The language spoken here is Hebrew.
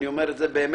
אני אומר את זה בכבוד.